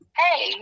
hey